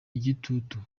igitutu